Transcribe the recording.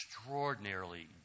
extraordinarily